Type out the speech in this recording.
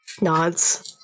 Nods